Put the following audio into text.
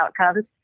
outcomes